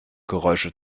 geräusche